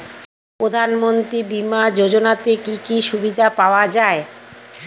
প্রধানমন্ত্রী বিমা যোজনাতে কি কি সুবিধা পাওয়া যায়?